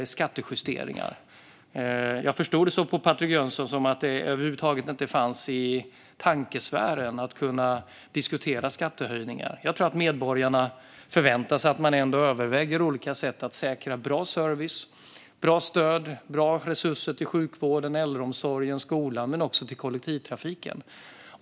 Jag förstod på Patrik Jönsson som att det över huvud taget inte fanns i tankesfären att diskutera skattehöjningar. Jag tror att medborgarna ändå förväntar sig att man överväger olika sätt att säkra bra service, bra stöd, bra resurser till sjukvården, äldreomsorgen, skolan och också kollektivtrafiken.